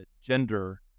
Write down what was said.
gender